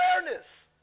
awareness